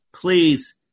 please